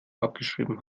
abgeschrieben